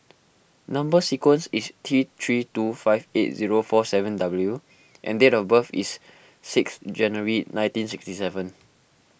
Number Sequence is T three two five eight zero four seven W and date of birth is six January nineteen sixty seven